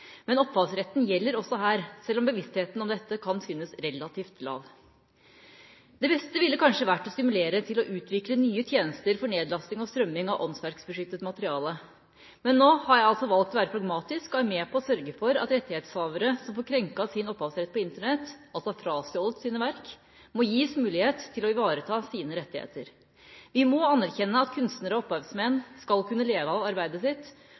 Men opphavsretten gjelder også her, selv om bevisstheten om dette kan synes relativt lav. Det beste ville kanskje vært å stimulere til å utvikle nye tjenester for nedlasting og strømming av åndsverkbeskyttet materiale. Men nå har jeg altså valgt å være pragmatisk og være med på å sørge for at rettighetshavere som får krenket sin opphavsrett på Internett, altså blir frastjålet sine verk, må gis mulighet til å ivareta sine rettigheter. Vi må anerkjenne at kunstnere og opphavsmenn skal kunne leve av arbeidet sitt,